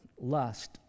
lust